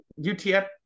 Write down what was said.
UTF